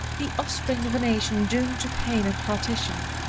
the offspring of a nation doomed to pain and partition,